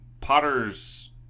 Potter's